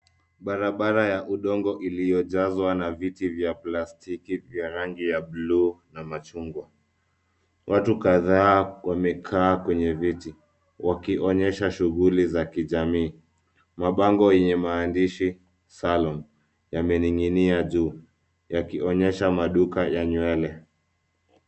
Barabara ya udongo iliyojazwa na viti vya plastiki vya rangi ya bluu na machungwa. Watu kadhaa wamekaa kwenye viti wakionyesha shughuli za kijamii . Mabango yenye maandishi salon yamening'inia juu yakionyesha maduka ya nywele.